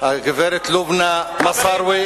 הגברת לובנה מסארווה,